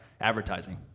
advertising